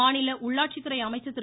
மாநில உள்ளாட்சித்துறை அமைச்சர் திரு